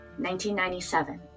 1997